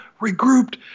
regrouped